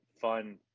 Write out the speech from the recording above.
fun